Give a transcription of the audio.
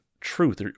truth